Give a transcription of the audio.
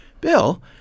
Bill